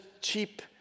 cheap